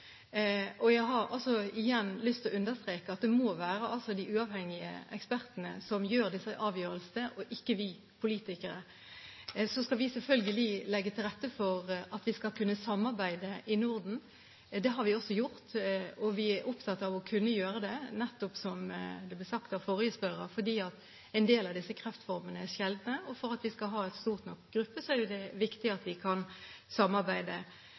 Jeg har igjen lyst til å understreke at det må være de uavhengige ekspertene som tar disse avgjørelsene, og ikke vi politikere. Så skal vi selvfølgelig legge til rette for at vi skal kunne samarbeide i Norden. Det har vi også gjort, og vi er opptatt av å kunne gjøre det. Nettopp – som det ble sagt av forrige spørrer – fordi en del av disse kreftformene er sjeldne, og for at vi skal ha en stor nok gruppe, er det viktig at vi kan samarbeide.